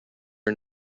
are